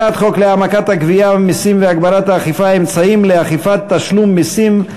להעמקת גביית המסים והגברת האכיפה (ייעול אמצעי הגבייה ודיווח),